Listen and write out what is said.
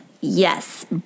Yes